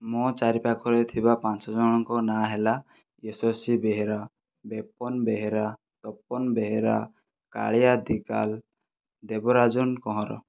ମୋ ଚାରି ପାଖରେ ଥିବା ପାଞ୍ଚ ଜଣଙ୍କ ନାଁ ହେଲା ୟଶସ୍ଵୀ ବେହେରା ବେପନ ବେହେରା ତପନ ବେହେରା କାଳିଆ ଦିଗାଲ ଦେବରାଜନ କହଁର